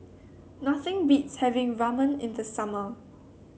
nothing beats having Ramen in the summer